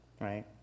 right